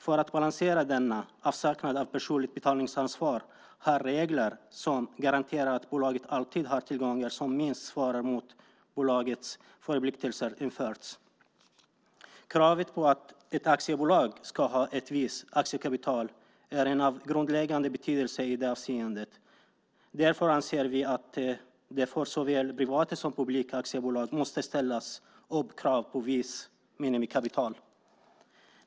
För att balansera denna avsaknad av personligt betalningsansvar har regler som garanterar att bolaget alltid har tillgångar som minst svarar mot bolagets förpliktelser införts. Kravet på att ett aktiebolag ska ha ett visst aktiekapital är av grundläggande betydelse i det avseendet. Därför anser vi att det för såväl privata som publika aktiebolag måste ställas krav på visst minimikapital.